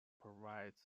provides